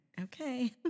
okay